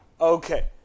Okay